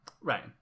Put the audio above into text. Right